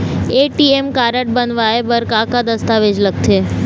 ATM card बनवाए बर का का दस्तावेज लगथे?